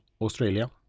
Australia